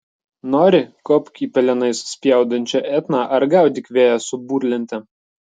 nori kopk į pelenais spjaudančią etną ar gaudyk vėją su burlente